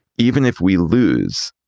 even if we lose,